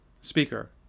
Speaker